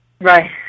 right